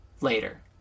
later